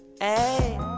hey